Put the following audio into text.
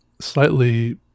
slightly